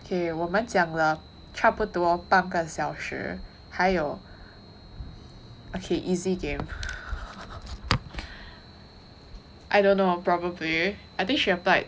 okay 我们讲了差不多半个小时还有 okay easy game I don't know probably I think she applied